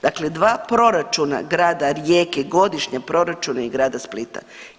Dakle 2 proračuna grada Rijeke, godišnja proračuna i grada Splita.